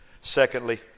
Secondly